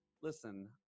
listen